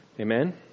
Amen